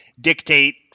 dictate